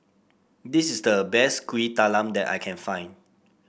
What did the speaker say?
this is the best Kuih Talam that I can find